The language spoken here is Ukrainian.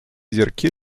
зірки